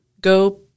go –